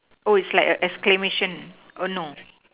oh it's like a exclamation or no